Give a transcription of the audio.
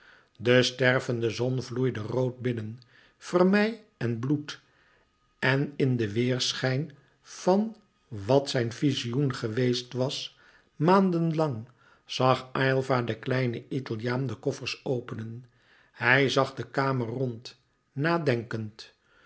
de stervende zon vloeide rood binnen vermeil en bloed en in den weêrschijn van wat zijn vizioen geweest was maanden lang zag aylva den kleinen italiaan de koffers openen hij zag de kamer rond nadenkend